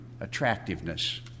attractiveness